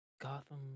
*Gotham*